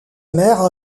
mère